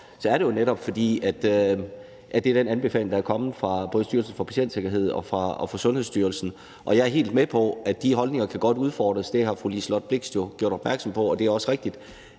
så er det jo netop, fordi det er den anbefaling, der er kommet fra både Styrelsen for Patientsikkerhed og Sundhedsstyrelsen. Jeg er helt med på, at de holdninger godt kan udfordres. Det har fru Liselott Blixt jo gjort opmærksom på, og det er også rigtigt.